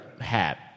hat